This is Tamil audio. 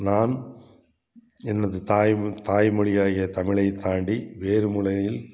நான் எனது தாய் மொ தாய்மொழியாகிய தமிழை தாண்டி வேறு மொழியில்